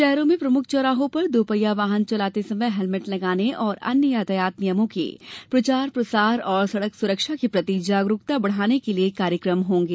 शहरों में प्रमुख चौराहों पर दो पहिया वाहन चलाते समय हेलमेट लगाने और अन्य यातायात नियमों के प्रचार प्रसार और सड़क सुरक्षा के प्रति जागरूकता बढ़ाने के लिये कार्यक्रम होंगे